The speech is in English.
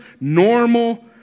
normal